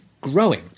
growing